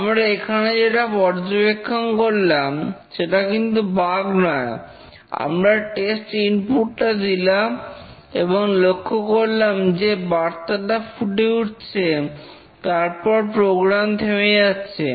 আমরা এখানে যেটা পর্যবেক্ষণ করলাম সেটা কিন্তু বাগ নয় আমরা টেস্ট ইনপুট টা দিলাম এবং লক্ষ্য করলাম যে বার্তাটা ফুটে উঠছে তারপর প্রোগ্রাম থেমে যাচ্ছে